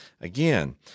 Again